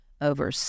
over